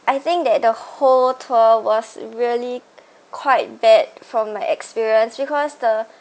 I think that the whole tour was really quite bad from my experience because the